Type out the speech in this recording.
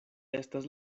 estas